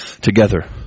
together